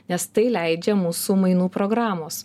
nes tai leidžia mūsų mainų programos